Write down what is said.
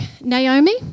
Naomi